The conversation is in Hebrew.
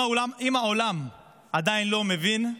אם העולם עדיין לא מבין,